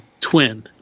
twin